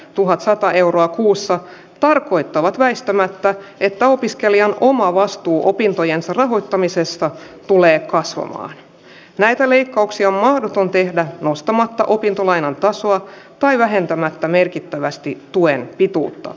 tuhatsata euroa kuussa tarkoittavat väistämättä että opiskelijan oman vastuu opintojen rahoittamisesta tulee katsomaan näitä leikkauksia mahdoton tehdä nostamatta opintolainan tasoon tai vähentämättä merkittävästi tuen pituutta